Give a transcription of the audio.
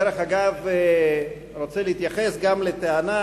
דרך אגב, רוצה להתייחס גם לטענה